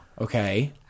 Okay